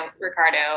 Ricardo